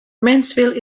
mansfield